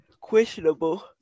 questionable